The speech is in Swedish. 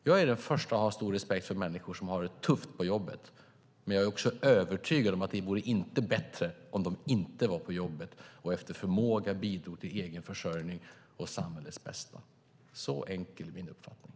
Jag är den första att ha stor respekt för människor som har det tufft på jobbet, men jag är också övertygad om att det inte vore bättre om de inte var på jobbet och efter förmåga bidrog till egen försörjning och samhällets bästa. Så enkel är min uppfattning.